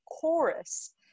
chorus